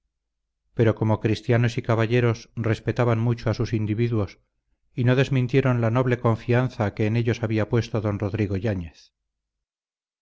pero como cristianos y caballeros respetaban mucho a sus individuos y no desmintieron la noble confianza que en ellos había puesto don rodrigo yáñez